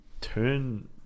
turn